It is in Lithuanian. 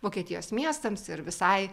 vokietijos miestams ir visai